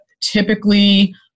typically